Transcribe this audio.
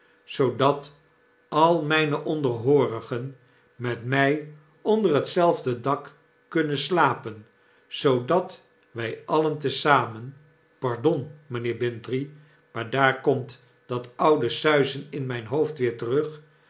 zoodat al myne onderhoorigen met mij onder hetzelfde dak kunnen slapen zoodat wij alien te zamen pardon mijnheer bintrey maar daar komt dat oude suizen in myn hoofd weer terug